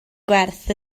gwerth